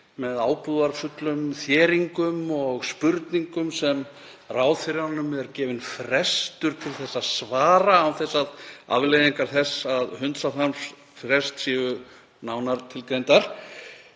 með ábúðarfullum þéringum og spurningum sem ráðherranum er gefinn frestur til að svara, án þess að afleiðingar þess að hunsa þann frest séu nánar tilgreindar,